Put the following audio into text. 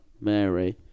Mary